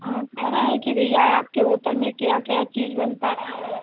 हाँ कह रहे हैं कि भैया आपके होटल में क्या क्या चीज बनता है